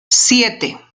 siete